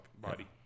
body